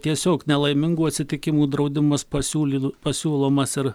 tiesiog nelaimingų atsitikimų draudimas pasiūlyl pasiūlomas ir